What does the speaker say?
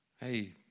hey